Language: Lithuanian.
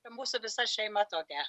mūsų visa šeima tokia